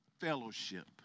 fellowship